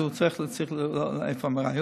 אז הוא צריך לראות איפה MRI,